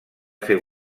fer